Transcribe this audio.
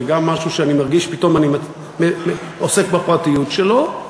זה גם משהו שאני מרגיש פתאום שאני עוסק בפרטיות שלו,